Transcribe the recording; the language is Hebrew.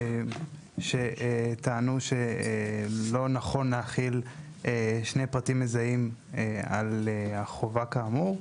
שטענו שלא נכון להחיל שני פרטים מזהים על החובה כאמור.